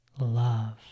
love